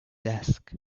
desk